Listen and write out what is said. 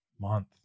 month